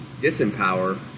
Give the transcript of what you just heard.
disempower